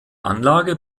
anlage